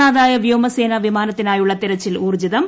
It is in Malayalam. കാണാതായ വ്യോമസേനാ വിമാനത്തിനായുള്ള തെരച്ചിൽ ന് ഊർജിതം